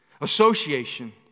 association